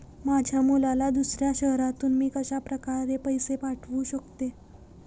माझ्या मुलाला दुसऱ्या शहरातून मी कशाप्रकारे पैसे पाठवू शकते?